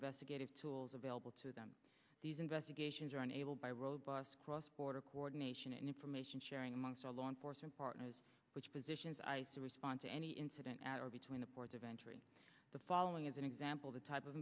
investigative tools available to them these investigations are enabled by robust cross border coordination and information sharing amongst our law enforcement partners which positions to respond to any incident at or between the ports of entry the following is an example the type of